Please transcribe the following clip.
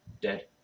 Dead